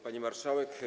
Pani Marszałek!